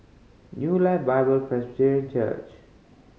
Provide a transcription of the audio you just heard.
New Life Bible Church